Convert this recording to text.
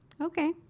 Okay